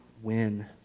win